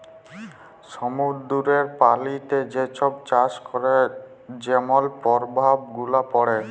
সমুদ্দুরের পলিতে যে ছব চাষ ক্যরে যেমল পরভাব গুলা পড়ে